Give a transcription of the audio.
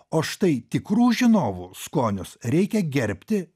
o štai tikrų žinovų skonius reikia gerbti